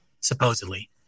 supposedly